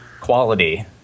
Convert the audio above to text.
quality